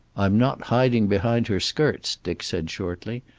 i'm not hiding behind her skirts, dick said shortly.